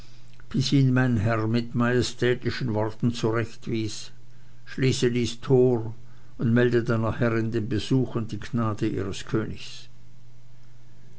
mein herr mit majestätischen worten zurechtwies schließe dies tor und melde deiner herrin den besuch und die gnade ihres königs